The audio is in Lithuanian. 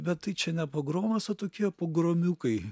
bet tai čia ne pogromas o tokie pogromiukai